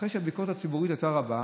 אחרי שהביקורת הציבורית הייתה רבה,